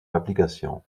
application